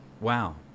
Wow